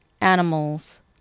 animals